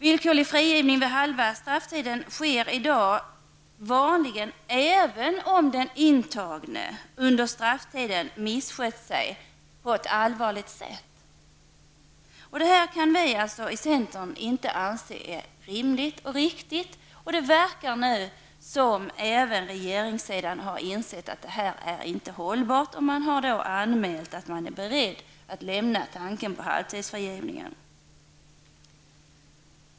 Villkorlig frigivning efter halva strafftiden sker i dag vanligen även om den intagne under strafftiden på ett allvarligt sätt missköts sig. Det här kan vi i centern inte anse vara rimligt och riktigt. Det verkar nu som om även regeringssidan hade insett att det inte är hållbart. Man har anmält att man är beredd att överge principen om halvtidsfrigivning.